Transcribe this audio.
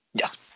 Yes